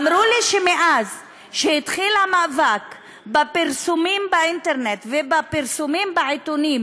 אמרו לי שמאז שהתחיל המאבק בפרסומים באינטרנט ובפרסומים בעיתונים